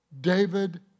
David